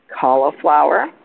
cauliflower